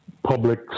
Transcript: public